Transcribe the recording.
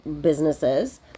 businesses